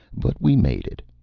but we made it.